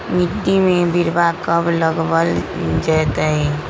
मिट्टी में बिरवा कब लगवल जयतई?